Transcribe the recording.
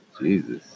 Jesus